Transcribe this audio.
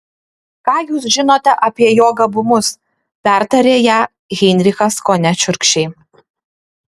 ką jūs žinote apie jo gabumus pertarė ją heinrichas kone šiurkščiai